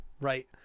right